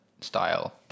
style